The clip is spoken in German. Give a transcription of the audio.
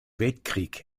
weltkrieg